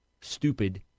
stupid